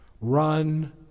Run